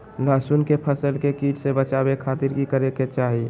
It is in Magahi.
लहसुन के फसल के कीट से बचावे खातिर की करे के चाही?